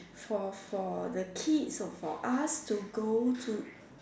for for the kids or for us to go to